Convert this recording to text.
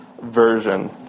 version